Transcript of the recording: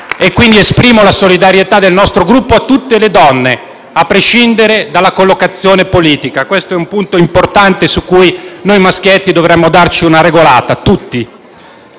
e quindi esprimo la solidarietà del nostro Gruppo a tutte le donne, a prescindere dalla collocazione politica. Questo è un punto importante, su cui noi maschietti dovremmo tutti "darci una regolata".